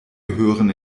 gehören